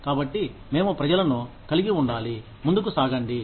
కాబట్టి మేము ప్రజలను కలిగి ఉండాలి ముందుకు సాగండి